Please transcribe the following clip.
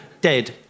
dead